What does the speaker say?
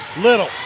Little